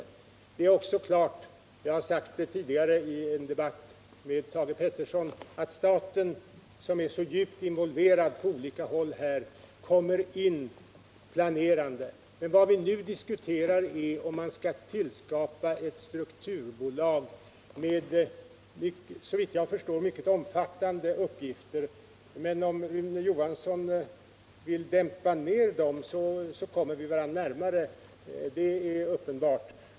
Det är också självklart — jag har sagt det tidigare i en debatt med Thage Peterson — att staten, som är så djupt involverad på olika håll, kommer in med planerande. Vad vi nu diskuterar är om man skall tillskapa ett strukturbolag med, såvitt jag förstår, mycket omfattande uppgifter. Men om Rune Johansson vill dämpa ner dem, så kommer vi varandra närmare — det är uppenbart.